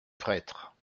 prêtre